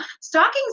Stockings